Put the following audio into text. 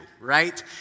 right